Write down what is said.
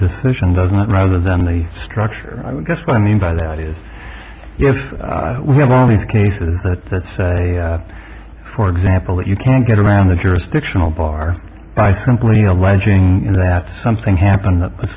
decision doesn't rather than the structure i would guess what i mean by that is if we have all these cases that that say for example that you can't get around the jurisdictional bar by simply alleging that something happened that